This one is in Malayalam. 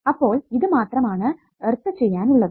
അപ്പോൾ ഇത് മാത്രം ആണ് ഏർത് ചെയ്യാൻ ഉള്ളത്